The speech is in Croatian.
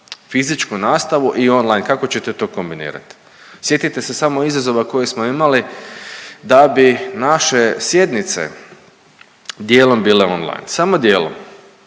fizičku nastavu i on-line kako ćete to kombinirati? Sjetite se samo izazova koji smo imali da bi naše sjednice dijelom bile on-line, samo dijelom